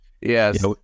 yes